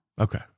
Okay